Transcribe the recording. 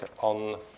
on